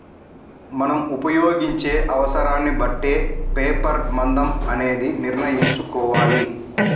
మనం ఉపయోగించే అవసరాన్ని బట్టే పేపర్ మందం అనేది నిర్ణయించుకోవాలి